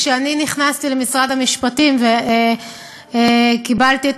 כשאני נכנסתי למשרד המשפטים וקיבלתי את